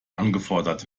angefordert